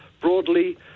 broadly